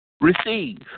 receive